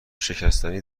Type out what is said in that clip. شکستگی